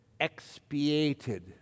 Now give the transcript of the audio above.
expiated